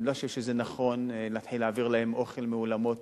אני לא חושב שנכון להתחיל להעביר להם אוכל מאולמות